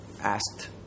asked